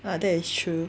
orh that is true